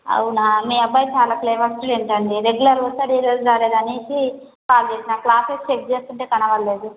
అవునా మీ అబ్బాయి చాలా క్లెవర్ స్టూడెంట్ అండి రెగ్యులర్గా వస్తాడు ఈ రోజు రాలేదు అనేసి కాల్ చేసినా క్లాసెస్ చెక్ చేస్తుంటే కనబడలేదు